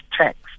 text